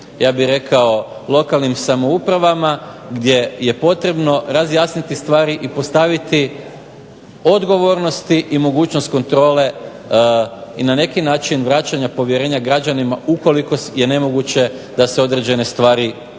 ja bih rekao lokalnim samoupravama, gdje je potrebno razjasniti stvari i postaviti odgovornosti i mogućnost kontrole i na neki način vraćanja povjerenja građanima ukoliko je nemoguće da se određene stvari riješe.